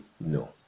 no